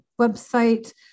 website